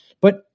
But-